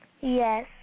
Yes